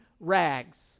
rags